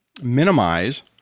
minimize